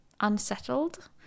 unsettled